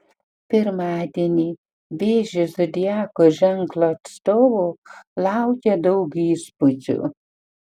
pirmadienį vėžio zodiako ženklo atstovų laukia daug įspūdžių